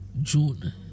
June